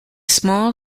small